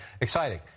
exciting